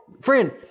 friend